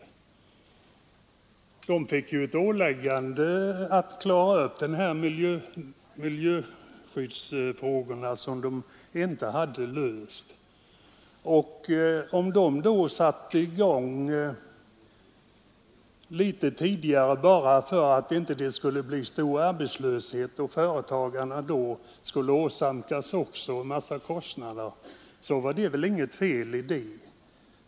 Fabriken fick ett åläggande att klara upp miljöskyddsfrågorna, som inte var lösta. Om fabriken då satte i gång litet tidigare bara för att det inte skulle bli stor arbetslöshet och företaget åsamkas en massa kostnader, var det väl inget fel i det?